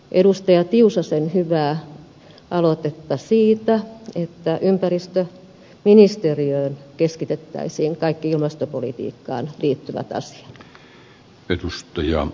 tiusasen hyvää aloitetta siitä että ympäristöministeriöön keskitettäisiin kaikki ilmastopolitiikkaan liittyvät asiat